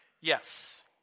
Yes